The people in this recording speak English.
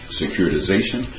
securitization